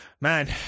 man